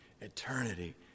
Eternity